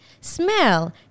smell